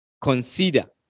consider